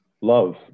love